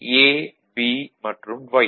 A B மற்றும் Y